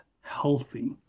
healthy